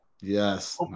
yes